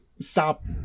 stop